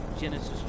Genesis